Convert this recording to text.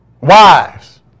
Wives